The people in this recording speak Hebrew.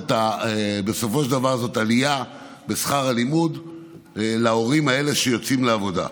בסופו של דבר זאת עלייה בשכר הלימוד להורים האלה שיוצאים לעבודה.